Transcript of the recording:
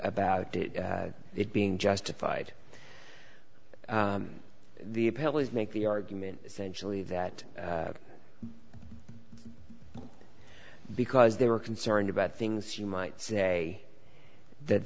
about it being justified the appeal is make the argument essentially that because they were concerned about things you might say that